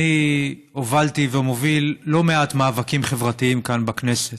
אני הובלתי ומוביל לא מעט מאבקים חברתיים כאן בכנסת.